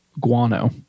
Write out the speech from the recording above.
guano